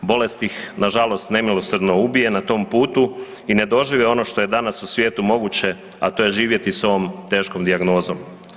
Bolest ih nažalost nemilosrdno ubije na tom putu i ne dožive ono što je danas u svijetu moguće, a to je živjeti s ovom teškom dijagnozom.